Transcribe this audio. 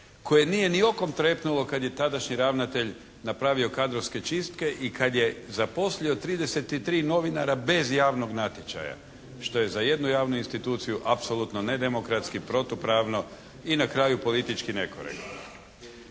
koje nije ni okom trepnulo kada je tadašnji ravnatelj napravio kadrovske čistke i kad je zaposlio 33 novinara bez javnog natječaja, što je za jednu javnu instituciju apsolutno nedemokratski, protupravno i na kraju politički nekorektno.